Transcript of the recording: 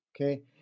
okay